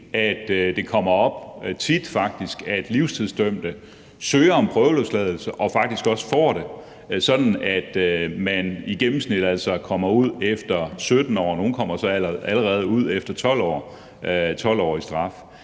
tit kommer op, at livstidsdømte søger om prøveløsladelse og faktisk også får det, sådan at man i gennemsnit altså kommer ud efter 17 år, og nogle kommer så allerede ud efter 12 år? Er